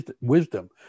wisdom